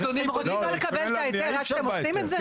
הם רוצים גם לקבל את ההיתר עד שאתם עושים את זה?